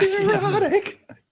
Erotic